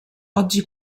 oggi